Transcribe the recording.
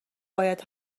باید